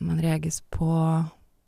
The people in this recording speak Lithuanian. man regis po